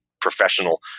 professional